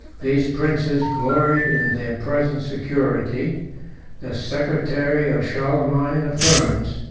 these princes gloried in their present security the secretary of charlemagne affirms,